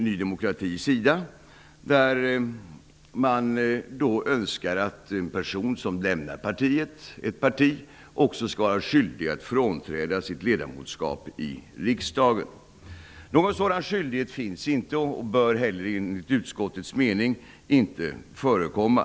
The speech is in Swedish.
Ny demokrati önskar att en person som lämnar ett parti också skall vara skyldig att frånträda sitt ledamotskap i riksdagen. Någon sådan skyldighet finns inte och bör enligt utskottets mening inte förekomma.